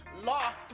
lost